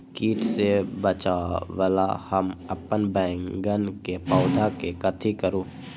किट से बचावला हम अपन बैंगन के पौधा के कथी करू?